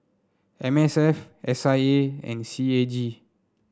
M S F S I A and C A G